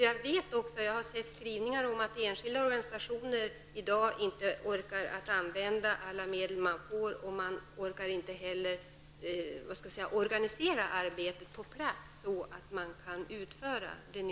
Jag har sett skrivningar om att enskilda organisationer i dag inte förmår använda alla medel de får och inte heller kan organisera det nödvändiga arbetet på plats så att det kan utföras.